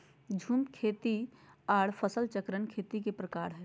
झूम खेती आर फसल चक्रण खेती के प्रकार हय